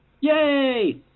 Yay